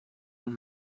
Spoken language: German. und